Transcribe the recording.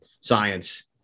science